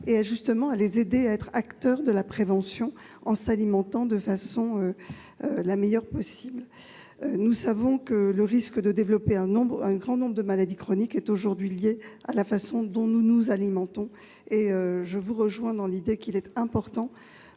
et à les aider à être acteurs de la prévention en s'alimentant de la meilleure des façons possible. Nous savons que le risque de développer un grand nombre de maladies chroniques est lié à la manière dont nous nous alimentons. Je vous rejoins dans l'idée qu'il est important